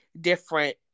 different